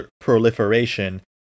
proliferation